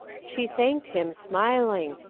she thanked him, smiling,